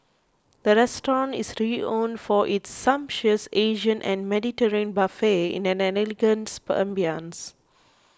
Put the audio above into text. the restaurant is renowned for its sumptuous Asian and Mediterranean buffets in an elegant ambience